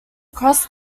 crossed